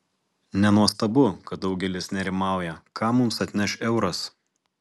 nenuostabu kad daugelis nerimauja ką mums atneš euras